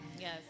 Yes